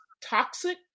toxic